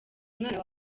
umwana